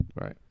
Right